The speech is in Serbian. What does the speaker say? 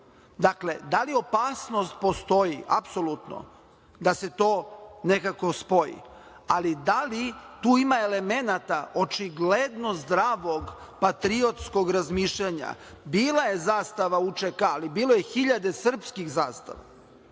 da li opasnost postoji? Apsolutno, da se to nekako spoji, ali da li tu ima elemenata očigledno zdravog patriotskog razmišljanja. Bila je zastava UČK, ali bilo je hiljade srpskih zastava